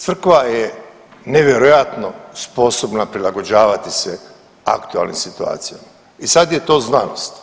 Crkva je nevjerojatno sposobna prilagođavati se aktualnoj situaciji i sad je to znanost.